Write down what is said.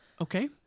Okay